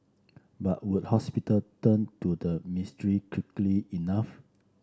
but would hospital turn to the quickly enough